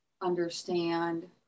understand